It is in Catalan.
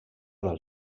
del